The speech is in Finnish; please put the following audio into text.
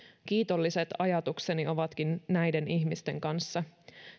kiitolliset ajatukseni ovatkin näiden ihmisten kanssa